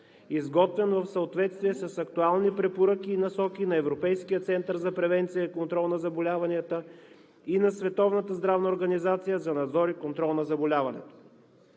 изготвен в съответствие с актуални препоръки и насоки на Европейския център за превенция и контрол на заболяванията и на Световната здравна организация за надзор и контрол на заболяването.